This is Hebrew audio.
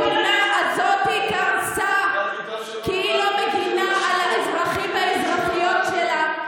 המדינה הזאת קרסה כי היא לא מגינה על האזרחים והאזרחיות שלה.